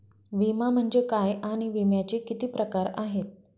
विमा म्हणजे काय आणि विम्याचे किती प्रकार आहेत?